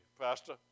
pastor